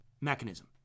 mechanism